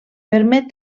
permet